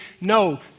no